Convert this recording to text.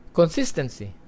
consistency